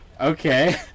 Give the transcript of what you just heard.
okay